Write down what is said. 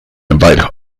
invite